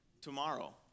tomorrow